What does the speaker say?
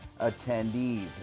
attendees